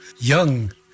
Young